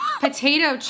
Potato